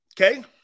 Okay